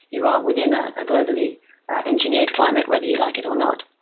you are within a ah globally ah engineered climate, whether you like it or not.